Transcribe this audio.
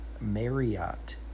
Marriott